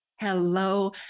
Hello